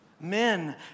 Men